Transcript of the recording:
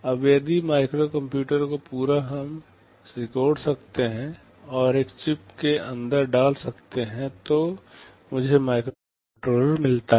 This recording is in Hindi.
अब यदि माइक्रोकंप्यूटर को पूरा हम सिकोड़ सकते हैं और एक ही चिप के अंदर डाल सकते हैं तो मुझे माइक्रोकंट्रोलर मिलता है